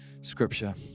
scripture